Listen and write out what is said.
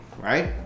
right